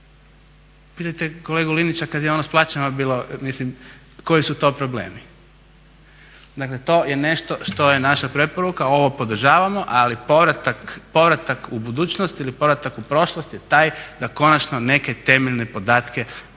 Pitajte kolegu Linića kad je ono s plaćama bilo koji su to problemi. Dakle to je nešto što je naša preporuka. Ovo podržavamo, ali povratak u budućnost ili povratak u prošlost je taj da konačno neke temeljne podatke ti naši